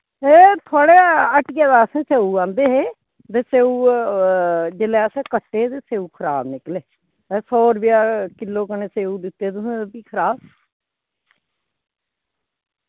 ए थोआड़े हट्टिये दा असैं स्यौ आह्नदे हे ते स्यौ जिल्लै असैं कट्टे ते स्यौ खराब निकले ते सौ रपेया किल्लो कन्नै स्यौ दित्ते तुसैं ते फ्ही खराब